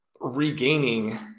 regaining